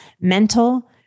mental